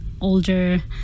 older